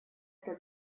это